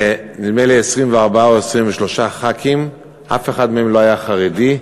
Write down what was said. ונדמה לי 24 או 23 חברי כנסת, אף אחד לא היה חרדי,